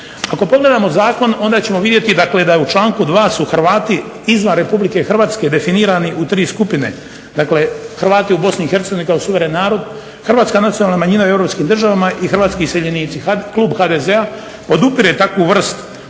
Ako pogledamo zakon onda ćemo vidjeti da u članku 2. su Hrvati izvan Republike Hrvatske definirani u tri skupine, dakle Hrvati u BIH kao suveren narod, Hrvatska nacionalna manjina u Europskim državama i Hrvatski iseljenici. Klub HDZ-a podupire takvu vrst,